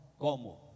Como